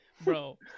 Bro